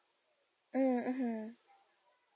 mmhmm